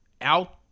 out